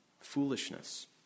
foolishness